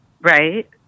Right